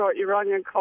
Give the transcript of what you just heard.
iranian